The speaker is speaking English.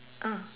uh